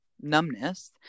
numbness